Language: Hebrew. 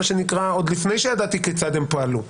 עוד לפני שידעתי כיצד הם פעלו,